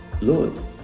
Lord